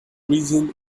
reason